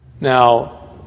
Now